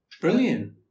brilliant